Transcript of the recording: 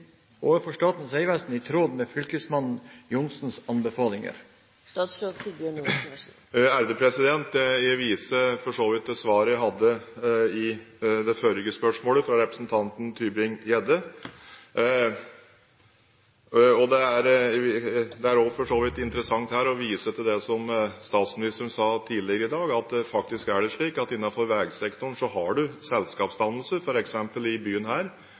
overfor Statens vegvesen i tråd med fylkesmann Johnsens anbefaling?» Jeg viser for så vidt til svaret jeg ga på det forrige spørsmålet, fra representanten Tybring-Gjedde. Det er også interessant her å vise til det som statsministeren sa tidligere i dag, at det faktisk er slik at innenfor veisektoren har man selskapsdannelser. For eksempel i byen her